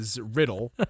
Riddle